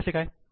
ते कसे काय